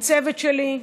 לצוות שלי,